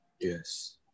Yes